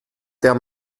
der